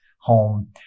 home